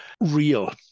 real